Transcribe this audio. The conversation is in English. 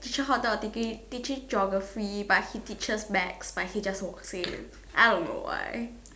teacher hot dog taking teaching geography but he teaches maths but he just won't say I don't know why